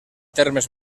termes